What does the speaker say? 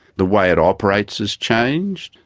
the way it operates has changed.